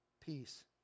peace